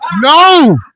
No